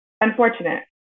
unfortunate